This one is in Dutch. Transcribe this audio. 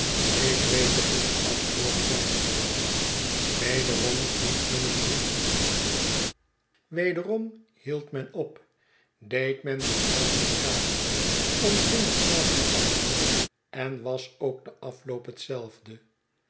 ik weet het niet antwoordde zijne vrouw wederom vond men een brief je wederom hield men op deed men dezelfde vraag ontving hetzelfde antwoord en was ook de afloop hetzelfde